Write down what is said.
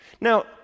Now